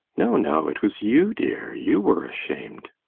no, no, it was you, dear you were ashamed.